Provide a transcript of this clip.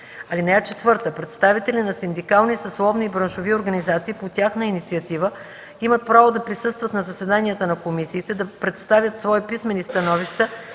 комисията. (4) Представители на синдикални, съсловни и браншови организации по тяхна инициатива имат право да присъстват на заседанията на комисиите, да представят свои писмени становища